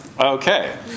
okay